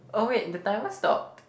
oh wait the timer stopped